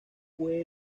fue